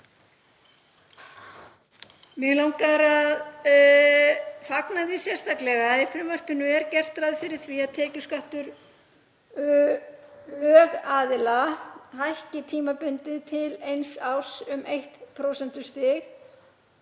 Mig langar að fagna því sérstaklega að í frumvarpinu er gert ráð fyrir því að tekjuskattur lögaðila hækki tímabundið til eins árs um 1